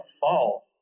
fall